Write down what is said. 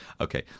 Okay